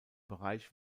bereich